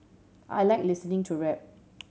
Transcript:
I like listening to rap